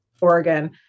Oregon